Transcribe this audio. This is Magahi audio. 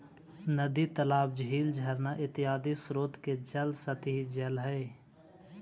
नदी तालाब, झील झरना इत्यादि स्रोत के जल सतही जल हई